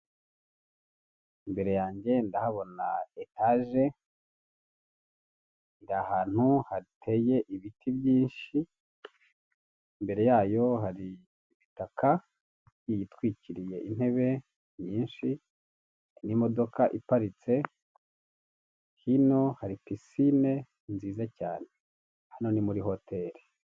Imbere yange ndahabona etaje, iri ahantu hateye ibiti byinshi, imbere yayo hari imitaka igiye itwikiriye intebe nyinshi n'imodoka iparitse, hino hari pisine nziza cyane, hano ni muri hoteri.